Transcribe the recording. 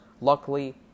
Luckily